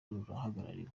ruhagarariwe